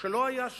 שלא היה שם.